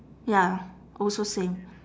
ya also same